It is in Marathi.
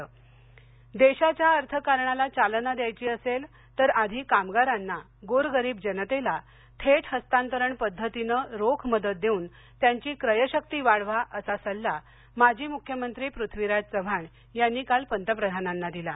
पृथ्वीराज चव्हाण देशाच्या अर्थकारणाला चालना द्यायची असेल तर आधी कामगारांना गोरगरीब जनतेला थेट हस्तांतरण पद्धतीनं रोख मदत देऊन त्यांची क्रयशक्ती वाढवा असा सल्ला माजी मुख्यमंत्री पृथ्वीराज चव्हाण यांनी काल पंतप्रधानांना दिला